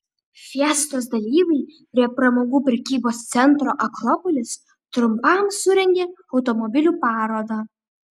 fiestos dalyviai prie pramogų prekybos centro akropolis trumpam surengė automobilių parodą